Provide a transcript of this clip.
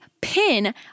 pin